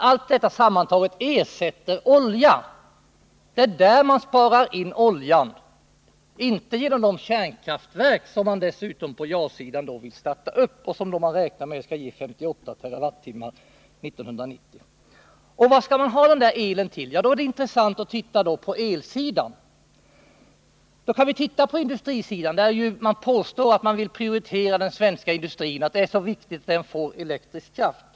Allt detta sammantaget ersätter olja. Det är på dessa områden oljan sparas in, inte genom de kärnkraftverk som man på ja-sidan dessutom vill starta och som man har räknat med skall ge 58 TWh 1990. Vad skall man ha denna el till? Ja, då är det intressant att titta på elanvändningen. Vi kan först titta på industrin. Man påstår på ja-sidan att man vill prioritera den svenska industrin och att det är viktigt att den får elektrisk kraft.